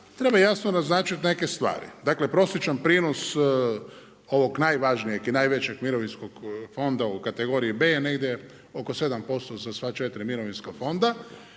treba jasno naznačiti neke stvari. Dakle prosječan prinos ovog najvažnijeg i najvećeg mirovinskog fonda u kategoriji B je negdje oko 7% za sva 4 mirovinska fonda.